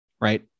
right